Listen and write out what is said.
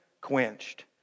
quenched